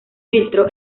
filtro